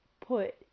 put